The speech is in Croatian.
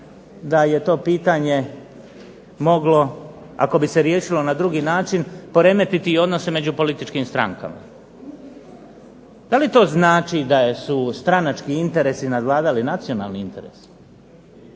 da je to pitanje moglo ako bi se riješilo na drugi način poremetiti i odnose među političkim strankama. Da li to znači da su stranački interesi nadvladali nacionalni interes?